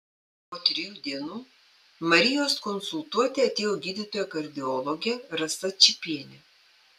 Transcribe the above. po trijų dienų marijos konsultuoti atėjo gydytoja kardiologė rasa čypienė